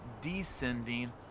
descending